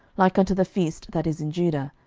like unto the feast that is in judah,